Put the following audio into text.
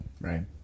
Right